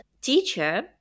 teacher